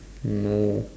no